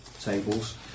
tables